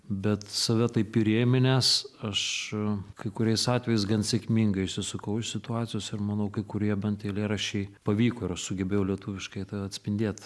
bet save taip įrėminęs aš kai kuriais atvejais gan sėkmingai išsisukau iš situacijos ir manau kai kurie bent eilėraščiai pavyko ir aš sugebėjau lietuviškai tai atspindėt